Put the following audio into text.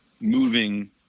moving